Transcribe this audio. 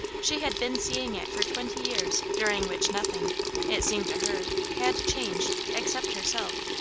she had been seeing it for twenty years during which nothing it seemed to her had changed, except herself.